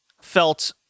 felt